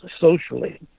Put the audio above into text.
socially